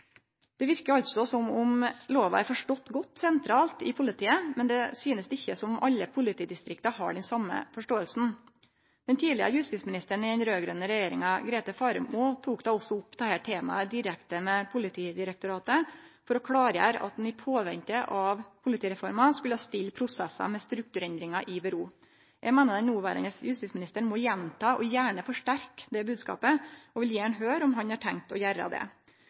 Det verkar altså som om lova er forstått godt sentralt i politiet, men det synest ikkje som om alle politidistrikta har den same forståinga. Den tidlegare justisministeren i den raud-grøne regjeringa, Grete Faremo, tok da også opp dette temaet direkte med Politidirektoratet for å klargjere at ein i påvente av politireforma skulle la prosessar med strukturendringar liggje. Eg meiner den noverande justisministeren må gjenta og gjerne forsterke den bodskapen og vil gjerne høyre om han har tenkt å gjere det,